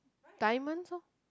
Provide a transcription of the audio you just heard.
diamonds orh